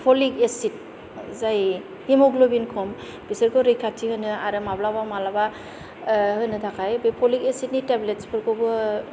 folic acid जाय haemoglobin खम बेसोरखौ रैखाथि होनो आरो माब्लाबा मालाबा होनो थाखाय बे फलिक एसिडनि टेब्लिटसफोरखौबो